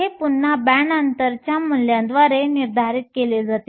हे पुन्हा बँड अंतरच्या मूल्याद्वारे निर्धारित केले जाते